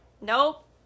nope